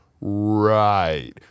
Right